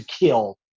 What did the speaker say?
kill